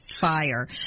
fire